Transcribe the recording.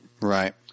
Right